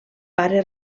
pare